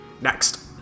Next